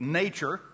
nature